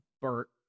Bert